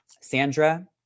Sandra